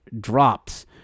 ...drops